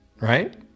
right